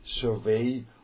survey